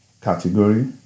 category